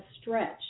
stretch